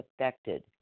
affected